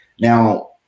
Now